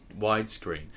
widescreen